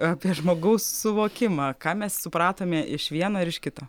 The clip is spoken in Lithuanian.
apie žmogaus suvokimą ką mes supratome iš vieno ir iš kito